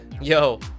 yo